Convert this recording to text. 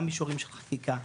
גם מישורים של חקיקה,